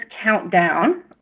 Countdown